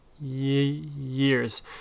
years